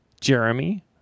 Jeremy